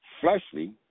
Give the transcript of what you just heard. fleshly